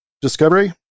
Discovery